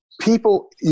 People